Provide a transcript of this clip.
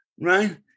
right